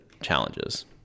challenges